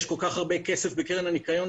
יש כל כך הרבה כסף בקרן הניקיון,